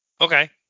Okay